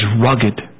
rugged